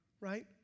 right